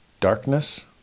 darkness